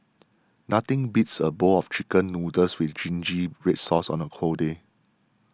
nothing beats a bowl of Chicken Noodles with Zingy Red Sauce on a cold day